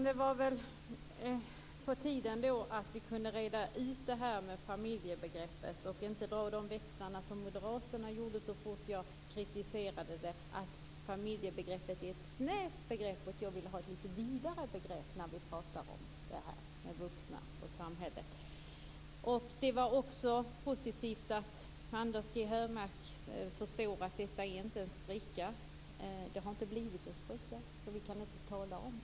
Fru talman! Eftervärlden får i protokollet, inklusive referatet från uppslagsboken, utröna Kia Andreassons och eventuellt Miljöpartiets familjesyn. Men det gagnar inte debatten att föra denna diskussion längre. När det gäller sprickbildning och annat är det klart att detta inte tillhör de stora sprickorna. Men en gradvis krackelering brukar alltid vara ett gott förebud.